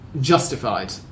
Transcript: justified